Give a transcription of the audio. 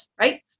right